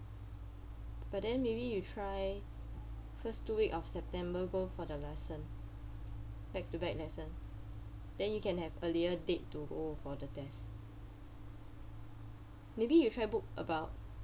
but then maybe you try first two week of september go for the lesson back to back lesson then you can have earlier date to go for the test maybe you try book about